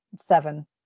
Seven